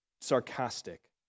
sarcastic